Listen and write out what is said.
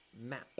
map